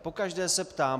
Pokaždé se ptám.